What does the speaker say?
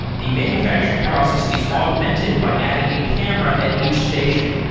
the manufacturing process is augmented by adding a camera at each station.